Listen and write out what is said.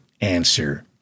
answer